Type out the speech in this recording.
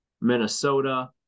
Minnesota